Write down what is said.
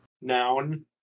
Noun